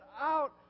out